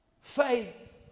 Faith